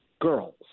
girls